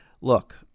Look